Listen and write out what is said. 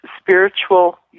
spiritual